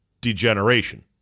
degeneration